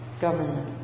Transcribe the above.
government